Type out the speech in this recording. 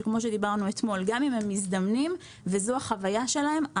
שגם אם הם מזדמנים וזו החוויה שלהם,